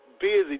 busy